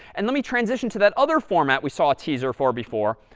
and let me transition to that other format we saw a teaser for before,